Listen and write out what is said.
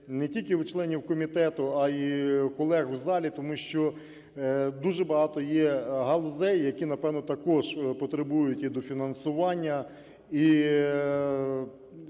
не тільки у членів комітету, а й у колег в залі, тому що дуже багато є галузей, які, напевно, також потребують і дофінансування, і